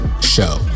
Show